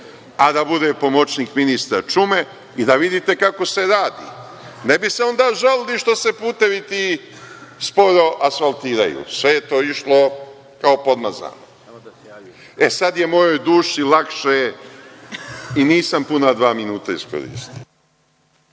a da bude pomoćnik ministra Čume, i da vidite kako se radi. Ne bi se onda žalili što se ti putevi sporo asfaltiraju. Sve je to išlo kao podmazano.E, sada je mojoj duši lakše, i nisam puna dva minuta iskoristio.